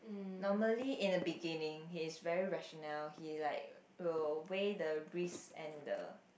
normally in the beginning he is very rationale he like will weigh the risk and the